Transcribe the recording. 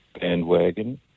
bandwagon